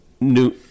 new